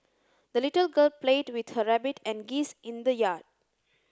the little girl played with her rabbit and geese in the yard